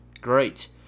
Great